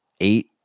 eight